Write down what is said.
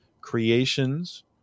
creations